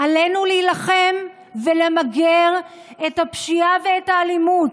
עלינו להילחם ולמגר את הפשיעה ואת האלימות,